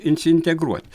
ins integruot